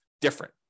different